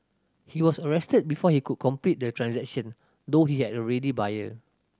he was arrested before he could complete the transaction though he had a ready buyer